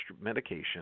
medication